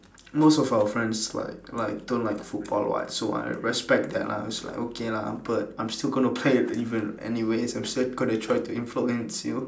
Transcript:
most of our friends like like don't like football [what] so I respect that lah it's like okay lah I'm still going to play the even anyway I'm still gonna try to influence you